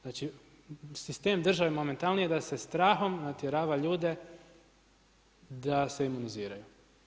Znači, sistem države momentalni je da se strahom natjerava ljude da se imuniziraju.